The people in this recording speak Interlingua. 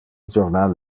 jornal